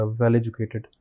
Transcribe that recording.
well-educated